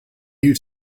you